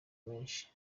menshi